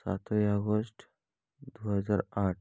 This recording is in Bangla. সাতই আগস্ট দুহাজার আট